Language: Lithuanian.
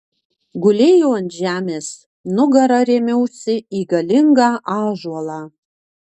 gulėjau ant žemės nugara rėmiausi į galingą ąžuolą